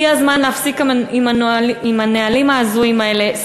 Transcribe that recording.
הגיע הזמן להפסיק עם הנהלים ההזויים האלה.